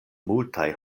multaj